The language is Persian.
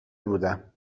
بودم